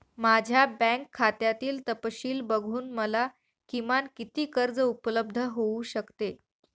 माझ्या बँक खात्यातील तपशील बघून मला किमान किती कर्ज उपलब्ध होऊ शकते?